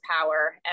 power